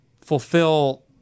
fulfill